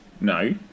no